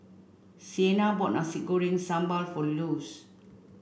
Sienna bought Nasi Goreng Sambal for Luz